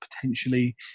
potentially